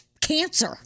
cancer